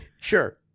Sure